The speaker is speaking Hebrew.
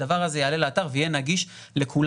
הדבר הזה יעלה לאתר ויהיה נגיש לכולם,